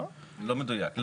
זה לא מדויק.